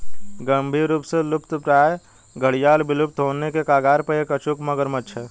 गंभीर रूप से लुप्तप्राय घड़ियाल विलुप्त होने के कगार पर एक अचूक मगरमच्छ है